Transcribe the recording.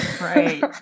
Right